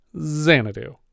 Xanadu